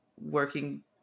working